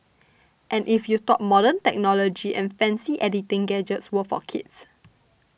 and if you thought modern technology and fancy editing gadgets were for kids